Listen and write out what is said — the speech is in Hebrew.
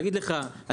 להגיד לך,